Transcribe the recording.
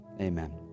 Amen